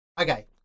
okay